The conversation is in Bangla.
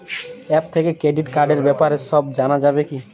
অ্যাপ থেকে ক্রেডিট কার্ডর ব্যাপারে সব জানা যাবে কি?